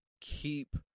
keep